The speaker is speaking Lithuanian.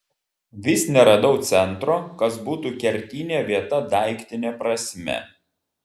vis neradau centro kas būtų kertinė vieta daiktine prasme